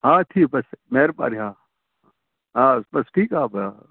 हा ठीकु आहे महिरबानी हा हा बसि ठीकु आहे ब